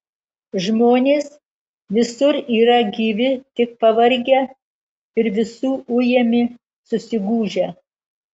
žmonės visur yra gyvi tik pavargę ir visų ujami susigūžę